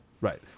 Right